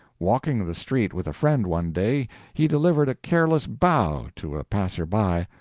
walking the street with a friend one day he delivered a careless bow to a passer-by,